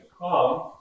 come